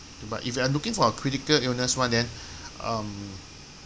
but if I'm looking for a critical illness one then um